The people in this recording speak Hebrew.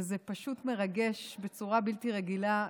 וזה פשוט מרגש בצורה בלתי רגילה.